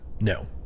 No